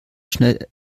schnell